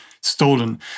stolen